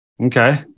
Okay